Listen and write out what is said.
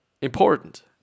important